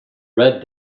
red